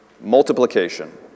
Multiplication